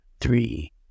three